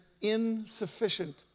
insufficient